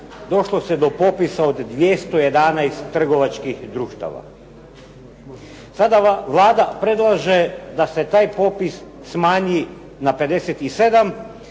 došlo se do popisa od 211 trgovačkih društava. Sada Vlada predlaže da se taj popis smanji na 57